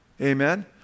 Amen